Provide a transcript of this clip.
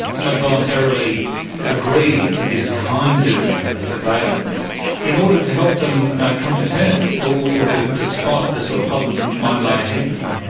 might voluntarily agree to this kind of surveillance in order to help them come to terms or or to to spot the sort of problems which might lie ahead for them?